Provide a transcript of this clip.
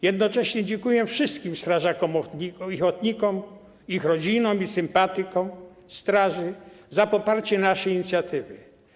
Jednocześnie dziękuję wszystkim strażakom ochotnikom, ich rodzinom i sympatykom straży za poparcie naszej inicjatywy.